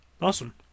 Awesome